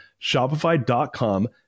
Shopify.com